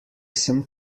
sem